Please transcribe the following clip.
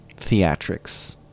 theatrics